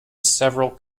several